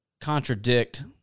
contradict